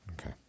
Okay